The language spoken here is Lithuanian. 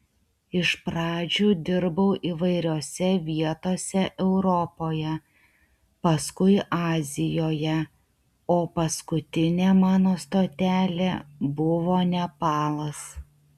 iš pradžių dirbau įvairiose vietose europoje paskui azijoje o paskutinė mano stotelė buvo nepalas